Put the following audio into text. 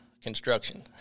construction